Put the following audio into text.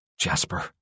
Jasper